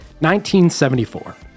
1974